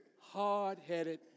hard-headed